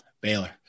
Baylor